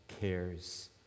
cares